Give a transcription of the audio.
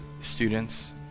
students